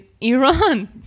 Iran